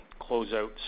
closeouts